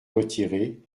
retirer